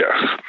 yes